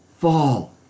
fall